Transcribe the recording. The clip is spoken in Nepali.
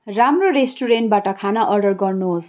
राम्रो रेस्टुरेन्टबाट खाना अर्डर गर्नुहोस्